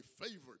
favored